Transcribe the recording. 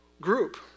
group